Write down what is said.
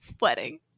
wedding